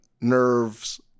nerves